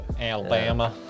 Alabama